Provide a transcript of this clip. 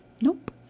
Nope